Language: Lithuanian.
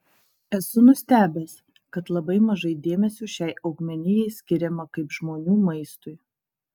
esu nustebęs kad labai mažai dėmesio šiai augmenijai skiriama kaip žmonių maistui